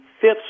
Fifth